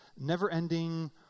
never-ending